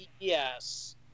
Yes